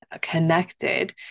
connected